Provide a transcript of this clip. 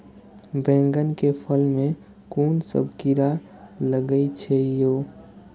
बैंगन के फल में कुन सब कीरा लगै छै यो?